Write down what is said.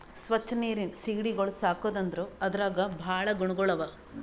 ಸ್ವಚ್ ನೀರಿನ್ ಸೀಗಡಿಗೊಳ್ ಸಾಕದ್ ಅಂದುರ್ ಅದ್ರಾಗ್ ಭಾಳ ಗುಣಗೊಳ್ ಅವಾ